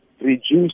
Reduce